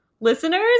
listeners